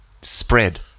spread